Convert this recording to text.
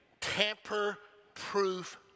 tamper-proof